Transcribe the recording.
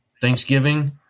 Thanksgiving